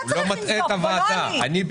אתה צריך לנזוף בו ולא אני.